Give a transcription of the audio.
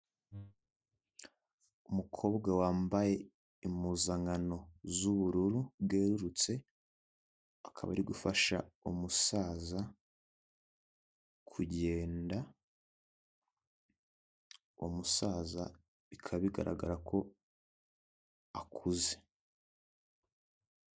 Umukobwa wambaye impuzankano z'ubururu bwererutse, akaba ari gufasha umusaza kugenda, uwo musaza bikaba bigaragara ko akuze.